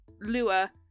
Lua